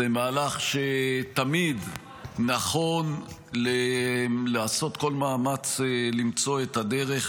זה מהלך שתמיד נכון לעשות כל מאמץ למצוא את הדרך